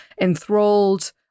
enthralled